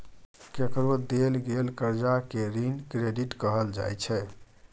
केकरो देल गेल करजा केँ ऋण क्रेडिट कहल जाइ छै